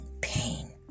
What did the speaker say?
pain